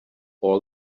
all